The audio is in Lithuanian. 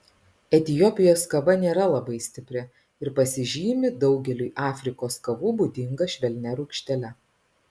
etiopijos kava nėra labai stipri ir pasižymi daugeliui afrikos kavų būdinga švelnia rūgštele